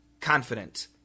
confident